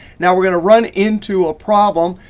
now we're going to run into a problem,